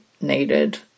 needed